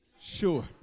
sure